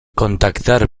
contactar